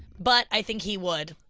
but, i think he would,